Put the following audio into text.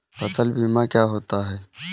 फसल बीमा क्या होता है?